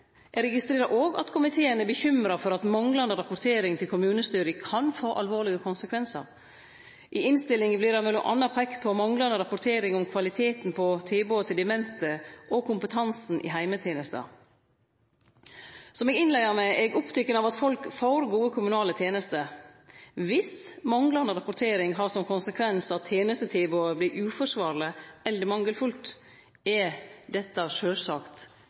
eg registrerer òg at komiteen er bekymra for at manglande rapportering til kommunestyra kan få alvorlege konsekvensar. I innstillinga vert det m.a. peikt på manglande rapportering om kvaliteten på tilbodet til demente og kompetansen i heimetenesta. Som eg innleia med, er eg oppteken av at folk får gode kommunale tenester. Dersom manglande rapportering har som konsekvens at tenestetilbodet vert uforsvarleg eller mangelfullt, er dette sjølvsagt